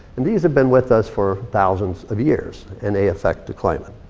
and these have been with us for thousands of years, and they affect the climate.